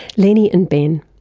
leni and ben.